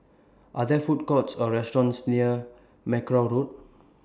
Are There Food Courts Or restaurants near Mackerrow Road